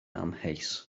amheus